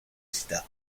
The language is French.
sida